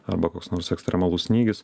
arba koks nors ekstremalus snygis